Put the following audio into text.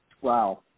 Wow